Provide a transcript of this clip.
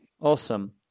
Awesome